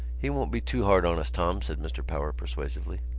he won't be too hard on us, tom, said mr. power persuasively.